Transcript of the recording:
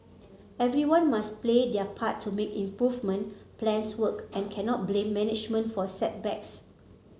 everyone must play their part to make improvement plans work and cannot blame management for setbacks